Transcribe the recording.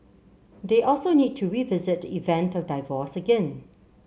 they also need to revisit the event of divorce again